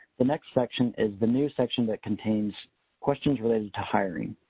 the next section is the new section that contains questions related to hiring.